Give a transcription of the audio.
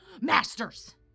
Masters